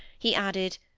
he added.